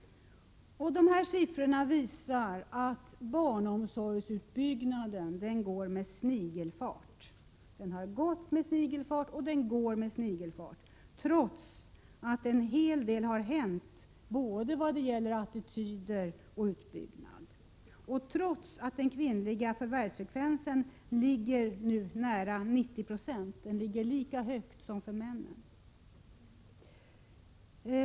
Dessa siffror visar att barnomsorgsutbyggnaden går och har gått med snigelfart, trots att en hel del har hänt vad gäller både attityder och utbyggnad och trots att förvärvsfrekvensen när det gäller kvinnor ligger på närmare 90 20 — alltså lika högt som för männens del.